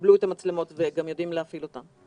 שקיבלו את המצלמות וגם יודעים להפעיל אותן.